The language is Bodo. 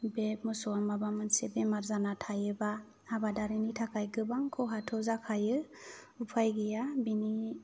बे मोसौआ माबा मोनसे बेमार जाना थायोबा आबादारिनि थाखाय गोबां खहाथ' जाखायो उफाय गैया बेनि